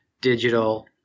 digital